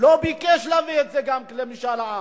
לא ביקש להביא את זה גם למשאל עם,